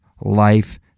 life